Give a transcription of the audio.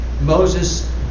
Moses